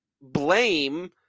blame